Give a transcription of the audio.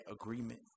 agreement